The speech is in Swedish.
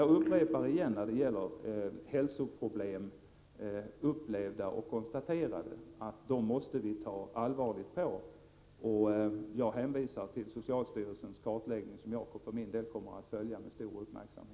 Jag upprepar också att vi måste ta allvarligt på hälsoproblem, upplevda och konstaterade, och jag hänvisar på den punkten till socialstyrelsens kartläggning, som jag för min del kommer att följa med stor uppmärksamhet.